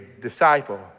disciple